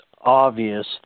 obvious